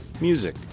music